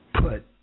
put